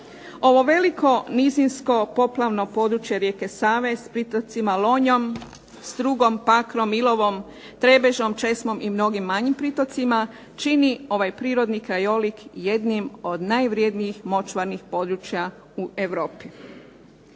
Ovo veliko nizinsko poplavno područje rijeke Save s pritocima Lonjom, Strugom, Paklom, Ilovom, Trebežom, Česmom i mnogim manjim pritocima čini ovaj prirodni krajolik jednim od najvrjednijih močvarnih područja u Europi.